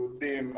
יהודים,